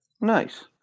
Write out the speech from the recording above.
Nice